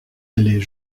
les